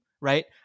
right